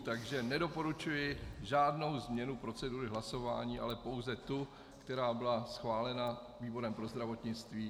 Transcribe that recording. Proto nedoporučuji žádnou změnu procedury hlasování, ale pouze tu, která byla schválena výborem pro zdravotnictví.